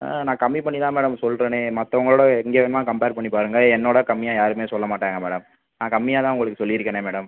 நான் கம்மி பண்ணிதான் மேடம் சொல்கிறேனே மற்றவங்களோட எங்கே வேணுனா கம்பேர் பண்ணி பாருங்கள் என்னோடு கம்மியாக யாருமே சொல்ல மாட்டாங்க மேடம் நான் கம்மியாக தான் உங்களுக்கு சொல்லியிருக்கேனே மேடம்